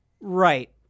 Right